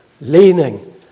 leaning